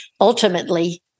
ultimately